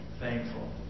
thankful